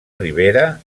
ribera